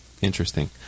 Interesting